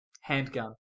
Handgun